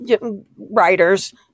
writers